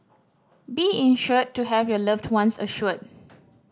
be insured to have your loved ones assured